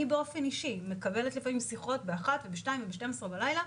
אני באופן אישי מקבלת לפעמים שיחות באחת ובשתיים בלילה,